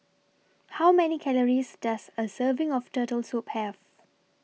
How Many Calories Does A Serving of Turtle Soup Have